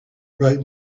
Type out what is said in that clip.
right